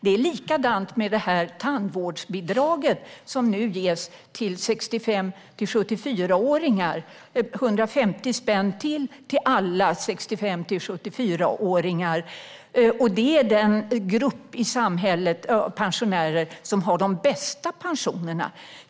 Det är likadant med det tandvårdsbidrag som nu ges till 65-74-åringar. Det är ytterligare 150 spänn till alla 65-74-åringar. Det är den grupp pensionärer i samhället som har de bästa pensionerna.